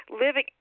living